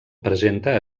presenta